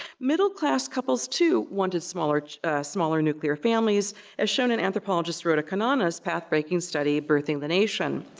middle-class couples, too, wanted smaller smaller nuclear families as shown in anthropologist rhoda kanaaneh's path-breaking study, birthing the nation.